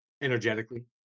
energetically